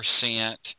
percent